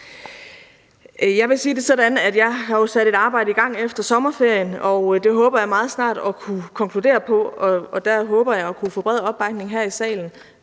Jeg vil sige det sådan, at jeg jo har sat et arbejde i gang efter sommerferien, og det håber jeg meget snart at kunne konkludere på med et forslag. Og der håber jeg at kunne få bred opbakning her i salen.